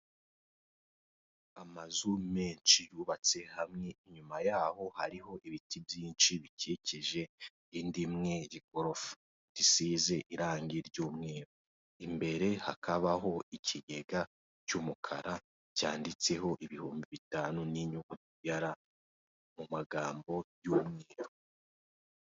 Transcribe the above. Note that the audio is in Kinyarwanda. Amazu menshi yubatse hamwe, inyuma yaho hariho ibiti byinshi bikikije indi imwe y'igorofa risize irange ry'umweru imbere hakabaho ikigega cy'umukara cyanditseho ibihumbi bitanu n'inyuguti ya L mu magambo y'umweru.